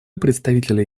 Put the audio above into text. представителя